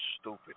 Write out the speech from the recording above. stupid